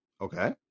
Okay